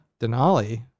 Denali